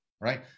right